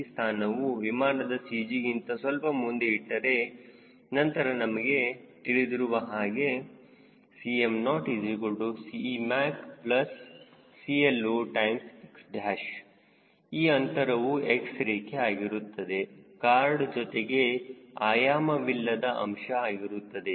c ಸ್ಥಾನವು ವಿಮಾನದ CG ಗಿಂತ ಸ್ವಲ್ಪ ಮುಂದೆ ಇಟ್ಟರೆ ನಂತರ ನಿಮಗೆ ತಿಳಿದಿರುವ ಹಾಗೆ 𝐶mO 𝐶mac 𝐶LO ∗ 𝑥̅ ಈ ಅಂತರವು x ರೇಖೆ ಆಗಿರುತ್ತದೆ ಖಾರ್ಡ್ ಜೊತೆಗೆ ಆಯಾಮವಿಲ್ಲದ ಅಂಶ ಆಗಿರುತ್ತದೆ